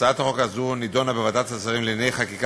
הצעת החוק הזו נדונה בוועדת השרים לענייני חקיקה